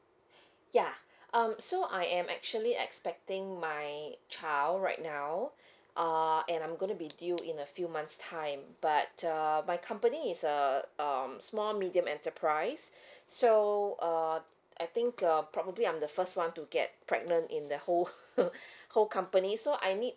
yeah um so I am actually expecting my child right now uh and I'm gonna be due in a few months time but uh my company is a um small medium enterprise so err I think err probably I'm the first one to get pregnant in the whole whole company so I need